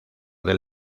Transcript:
del